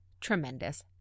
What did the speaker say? tremendous